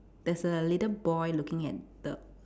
there's a little boy looking at the